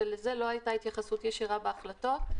ולזה לא היתה התייחסות ישירה בהחלטות.